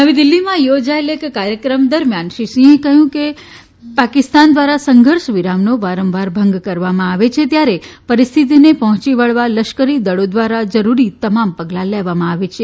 નવી દિલ્હીમાં યોજાયેલા એક કાર્યક્રમ દરમિયાન શ્રી સિંહે કહ્યું કે પાકિસ્તાન દ્વારા સંઘર્ષ વિરામનો વારંવાર ભંગ કરવામાં આવે છે ત્યારે પરિસ્થિતિને પહોંચી વળવા લશ્કરીદળો દ્વારા જરૂરી તમામ પગલાં લેવામાં આવે છે